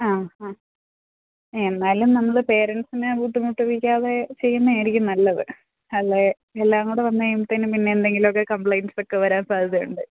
ആ ആ എന്നാലും നമ്മൾ പേരൻസിനെ കൂട്ടിമുട്ടിപ്പിക്കാതെ ചെയ്യുന്നത് ആയിരിക്കും നല്ലത് അല്ലേ എല്ലാം കൂടെ വന്നു കഴിയുമ്പോഴത്തേക്കും പിന്നെ എന്തെങ്കിലുമൊക്കെ കംപ്ലൈൻസ് ഒക്കെ വരാൻ സാധ്യത ഉണ്ട്